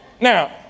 Now